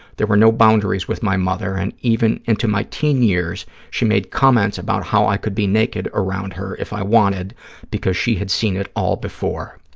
there were no boundaries with my mother and even into my teen years she made comments about how i could be naked around her if i wanted because she had seen it all before.